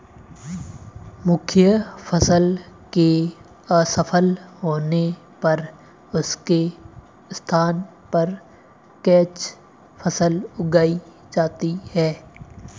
मुख्य फसल के असफल होने पर उसके स्थान पर कैच फसल उगाई जाती है